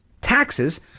taxes